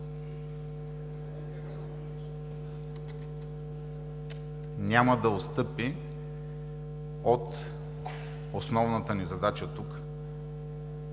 няма да отстъпи от основната ни задача тук